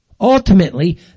Ultimately